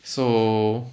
so